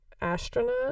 Astronaut